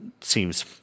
seems